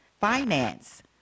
finance